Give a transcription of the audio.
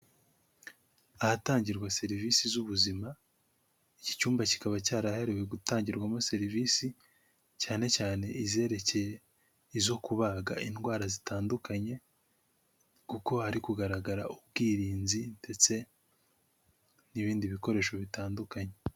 Ahatangirwa serivisi z'ubuzima, iki cyumba kikaba cyarahariwe gutangirwamo serivisi, cyane cyane izerekeye izo kubaga indwara zitandukanye, kuko hari kugaragara ubwirinzi ndetse n'ibindi bikoresho bitandukanye.